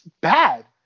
bad